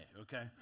okay